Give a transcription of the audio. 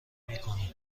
میکنه